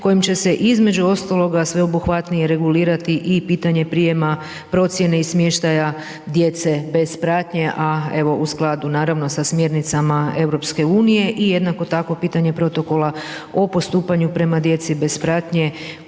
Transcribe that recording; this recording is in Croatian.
kojim će se između ostaloga sveobuhvatnije regulirati i pitanje prijema procijene i smještaja djece bez pratnje, a evo u skladu naravno sa smjernicama EU i jednako tako pitanje protokola o postupanju prema djeci bez pratnje